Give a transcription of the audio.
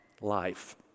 life